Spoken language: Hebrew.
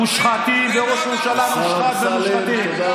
מושחתים, ראש ממשלה מושחת, ומושחתים.